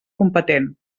competent